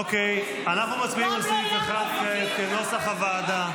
אוקיי, אנחנו מצביעים על סעיף 1, כנוסח הוועדה.